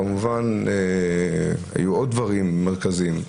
כמובן היו עוד דברים מרכזיים.